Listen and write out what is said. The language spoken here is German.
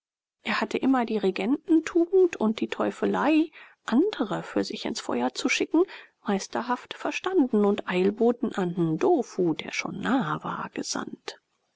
er hatte immer die regententugend oder teufelei andre für sich ins feuer zu schicken meisterhaft verstanden und eilboten an ndofu der schon nahe war gesandt